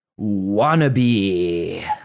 wannabe